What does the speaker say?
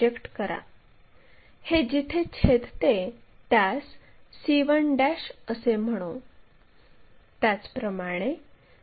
आता हे p आणि r जोडावे आता आपल्याला r1 आणि r2 चे स्थान निश्चित करायचे आहे